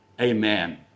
amen